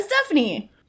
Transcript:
Stephanie